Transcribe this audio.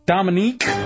Dominique